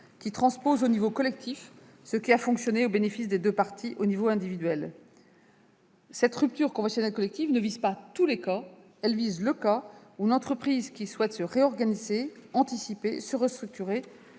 qui transpose au niveau collectif ce qui a fonctionné au bénéfice des deux parties de manière individuelle. Cette rupture conventionnelle collective ne vise pas toutes les situations, elle permet à une entreprise qui souhaite se réorganiser, anticiper, se restructurer,